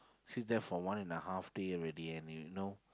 sit there for one and a half day already and you know